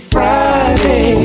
Friday